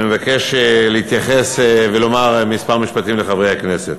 אני מבקש להתייחס ולומר כמה משפטים לחברי הכנסת.